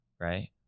right